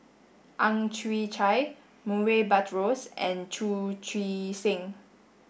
Ang Chwee Chai Murray Buttrose and Chu Chee Seng